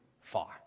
far